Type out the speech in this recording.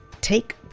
take